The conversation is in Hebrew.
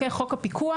חוק הפיקוח,